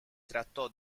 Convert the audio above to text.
trattò